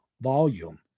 volume